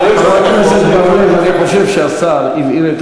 חבר הכנסת בר-לב, אני חושב שהשר הבהיר.